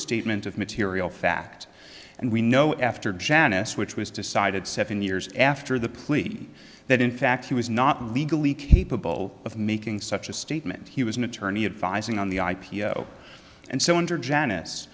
statement of material fact and we know after janice which was decided seven years after the plea that in fact he was not legally capable of making such a statement he was an attorney advising on the i p o and so under janice